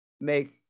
make